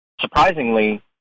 Surprisingly